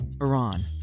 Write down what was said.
Iran